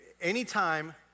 Anytime